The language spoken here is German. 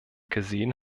gesehen